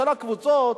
של הקבוצות,